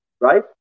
right